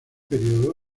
periodo